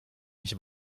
mich